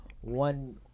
One